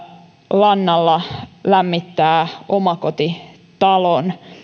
lannalla lämmittää omakotitalon